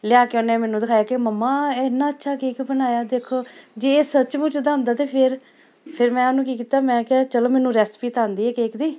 ਲਿਆ ਕੇ ਉਹਨੇ ਮੈਨੂੰ ਦਿਖਾਇਆ ਕਿ ਮੰਮਾ ਇੰਨਾ ਅੱਛਾ ਕੇਕ ਬਣਾਇਆ ਦੇਖੋ ਜੇ ਇਹ ਸੱਚ ਮੁੱਚ ਇੱਦਾਂ ਹੁੰਦਾ ਤਾਂ ਫਿਰ ਫਿਰ ਮੈਂ ਉਹਨੂੰ ਕੀ ਕੀਤਾ ਮੈਂ ਕਿਹਾ ਚਲੋ ਮੈਨੂੰ ਰੈਸਪੀ ਤਾਂ ਆਉਂਦੀ ਹੈ ਕੇਕ ਦੀ